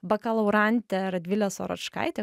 bakalaurantė radvilė soročkaitė